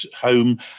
home